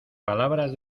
palabras